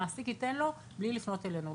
המעסיק ייתן לו בלי לפנות אלינו.